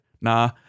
Nah